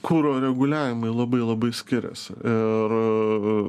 kuro reguliavimai labai labai skiriasi ir